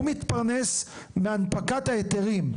הוא מתפרנס מהנפקת ההיתרים,